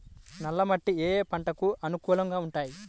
నల్ల మట్టి ఏ ఏ పంటలకు అనుకూలంగా ఉంటాయి?